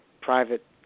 private